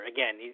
Again